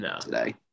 today